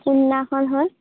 কোনদিনাখন হয়